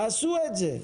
תעשו זאת.